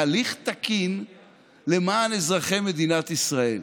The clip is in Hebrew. בהליך תקין למען אזרחי מדינת ישראל,